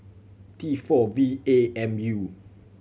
T four V A M U